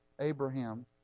Abraham